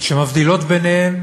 שמבדילים ביניהן